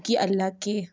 کہ اللہ کے